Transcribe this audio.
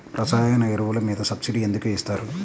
రసాయన ఎరువులు మీద సబ్సిడీ ఎందుకు ఇస్తారు?